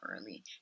early